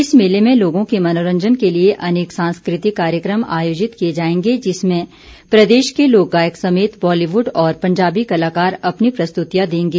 इस मेले में लोगों के मनोरंजन के लिए अनेक सांस्कृतिक कार्यक्रम आयोजित किए जायेंगे जिसमें प्रदेश के लोक गायक समेत वॉलीबूड और पंजाबी कलाकार अपनी प्रस्तुतियां देंगे